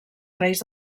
reis